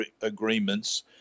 agreements